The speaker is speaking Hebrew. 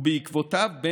ובעקבותיו נמצא,